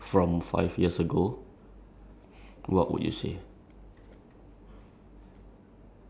okay if you're given the chance to send a five minute message back to yourself